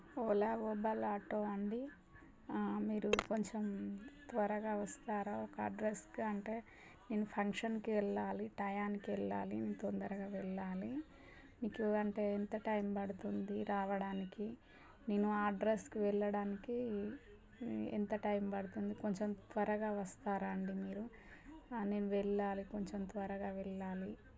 ఓలా ఓబలా ఆటో అండి మీరు కొంచెం త్వరగా వస్తారా ఒక అడ్రస్కు అంటే నేను ఫంక్షన్కి వెళ్ళాలి టయానికి వెళ్ళాలి తొందరగా వెళ్ళాలి మీకు అంటే ఎంత టైం పడుతుంది రావడానికి నేను ఆ అడ్రస్కి వెళ్ళడానికి ఎంత టైం పడుతుంది కొంచెం త్వరగా వస్తారా అండి మీరు నేను వెళ్ళాలి కొంచెం త్వరగా వెళ్ళాలి